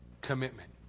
commitment